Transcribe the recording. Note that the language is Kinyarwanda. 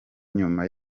nyuma